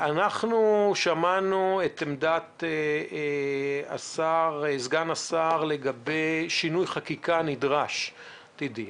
שמענו את עמדת סגן השר לגבי שינוי חקיקה נדרש עתידי.